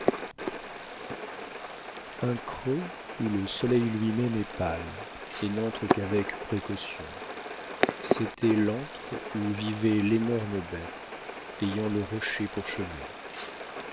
un creux où le soleil lui-même est pâle et n'entre qu'avec précaution c'était l'antre où vivait l'énorme bête ayant le rocher pour chevet